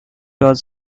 was